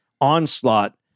onslaught